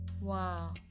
Wow